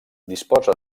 disposa